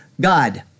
God